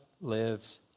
lives